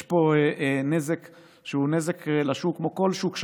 יש פה נזק שהוא נזק לשוק, כמו כל שוק שחור.